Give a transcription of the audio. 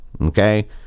Okay